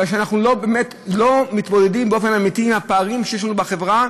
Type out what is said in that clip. כי אנחנו לא מתמודדים באופן אמיתי עם הפערים שיש לנו בחברה,